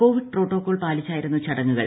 Covid protocol പാലിച്ചായിരുന്നു ചടങ്ങുകൾ